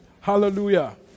Hallelujah